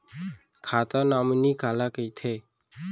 खाता नॉमिनी काला कइथे?